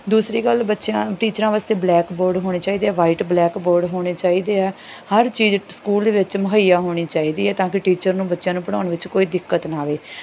ਦੂਸਰੀ ਗੱਲ ਬੱਚਿਆਂ ਟੀਚਰਾਂ ਵਾਸਤੇ ਬਲੈਕ ਬੋਰਡ ਹੋਣੇ ਚਾਹੀਦੇ ਆ ਵਾਈਟ ਬਲੈਕ ਬੋਰਡ ਹੋਣੇ ਚਾਹੀਦੇ ਆ ਹਰ ਚੀਜ਼ ਸਕੂਲ ਦੇ ਵਿੱਚ ਮੁਹੱਈਆ ਹੋਣੀ ਚਾਹੀਦੀ ਹੈ ਤਾਂ ਕਿ ਟੀਚਰ ਨੂੰ ਬੱਚਿਆਂ ਨੂੰ ਪੜ੍ਹਾਉਣ ਵਿੱਚ ਕੋਈ ਦਿੱਕਤ ਨਾ ਆਵੇ